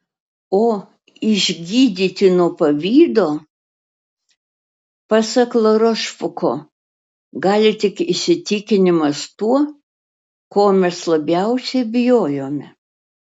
o išgydyti nuo pavydo pasak larošfuko gali tik įsitikinimas tuo ko mes labiausiai bijojome